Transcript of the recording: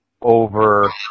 over